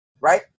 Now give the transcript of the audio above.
right